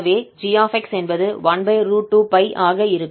எனவே 𝑔𝑥 என்பது 12π ஆக இருக்கும்